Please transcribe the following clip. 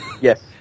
yes